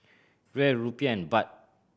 Riel Rupiah and Baht